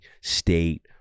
State